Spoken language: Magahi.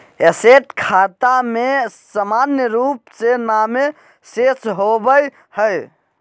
एसेट खाता में सामान्य रूप से नामे शेष होबय हइ